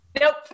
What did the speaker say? Nope